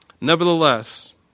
Nevertheless